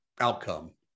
outcome